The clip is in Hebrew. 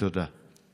תודה.